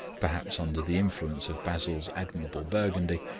perhaps under the influence of basil's admirable burgundy.